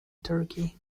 turkey